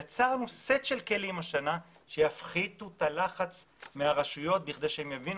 יצרנו סט של כלים שיפחות את הלחץ מהרשויות כדי לעזור